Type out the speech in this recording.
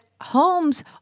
homes